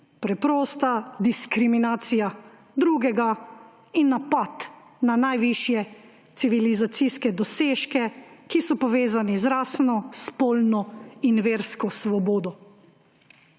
preprosta diskriminacija drugega in napad na najvišje civilizacijske dosežke, ki so povezani z rasno, spolno in versko svobodo.